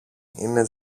είναι